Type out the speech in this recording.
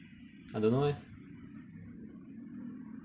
I don't know eh